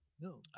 no